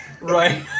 right